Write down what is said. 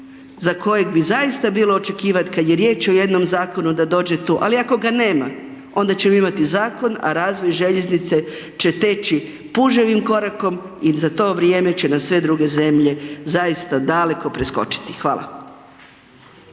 za kojeg bi zaista bilo očekivati, kad je riječ o jednom zakonu, da dođe tu, ali ako ga nema, onda ćemo imati zakon, a razvoj željeznice će teći puževim korakom i za to vrijeme će nas sve druge zemlje zaista daleko preskočiti. Hvala.